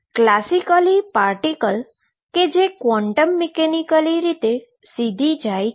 classically particle કે જે quantum mechanically સીધી રીતે જાય છે